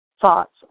Thoughts